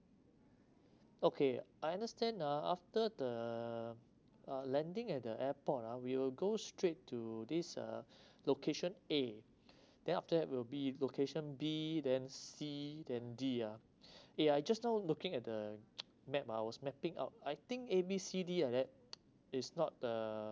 okay I understand ah after the uh landing at the airport ah we will go straight to this uh location A then after that will be location B then C then D ah eh I just now looking at the map ah I was mapping out I think A B C D ah like that is not the